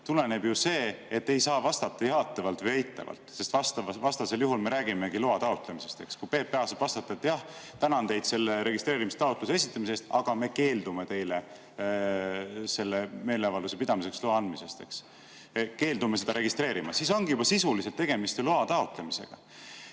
tuleneb see, et ei saa vastata jaatavalt või eitavalt, sest vastaval juhul me räägimegi loa taotlemisest. Kui PPA saab vastata, et jah, tänan teid selle registreerimistaotluse esitamise eest, aga me keeldume teile selle meeleavalduse pidamiseks loa andmisest, keeldume seda registreerimast, siis ongi juba sisuliselt tegemist ju loa taotlemisega.